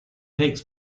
takes